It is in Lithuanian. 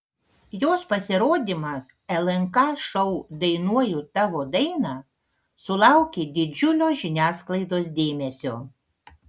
jos pasirodymas lnk šou dainuoju tavo dainą sulaukė didžiulio žiniasklaidos dėmesio